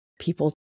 people